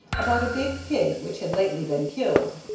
about a big pig which had lately been killed.